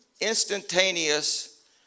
instantaneous